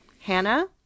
hannah